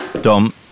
Dom